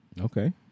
Okay